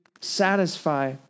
satisfy